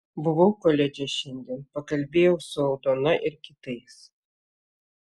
buvau koledže šiandien pakalbėjau su aldona ir kitais